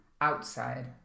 outside